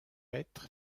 petr